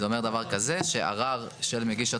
זה אומר דבר כזה, שערר של מגיש התוכנית,